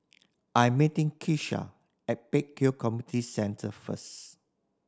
I'm meeting Keshia at Pek Kio Community Centre first